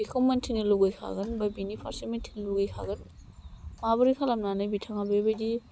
बेखौ मिन्थिनो लुगैखागोन बा बिनि फारसे मिन्थिनो लुगैखागोन माबोरै खालामनानै बिथाङा बेबायदि